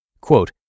Quote